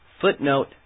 Footnote